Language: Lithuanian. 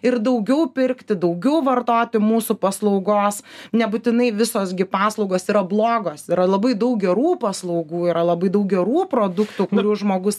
ir daugiau pirkti daugiau vartoti mūsų paslaugos nebūtinai visos gi paslaugos yra blogos yra labai daug gerų paslaugų yra labai daug gerų produktų kurių žmogus